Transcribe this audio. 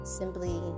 simply